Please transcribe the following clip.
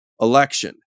Election